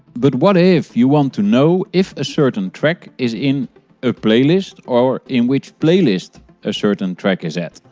but what if you want to know if certain track is in a playlist or in which playlist a certain track is at.